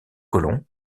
colomb